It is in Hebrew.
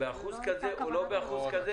באחוז כזה או לא באחוז כזה.